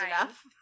enough